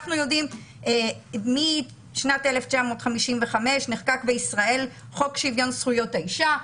אנחנו יודעים שב-1955 נחקק בישראל חוק שוויון זכויות האישה,